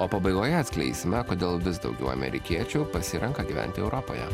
o pabaigoje atskleisime kodėl vis daugiau amerikiečių pasirenka gyventi europoje